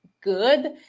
good